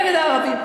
נגד הערבים.